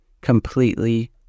completely